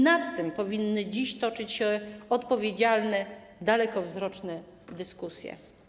Nad tym powinny dziś toczyć się odpowiedzialne, dalekowzroczne dyskusje.